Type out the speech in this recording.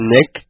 Nick